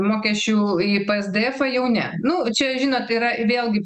mokesčių į pėesdėefą jau ne nu čia žinot yra vėlgi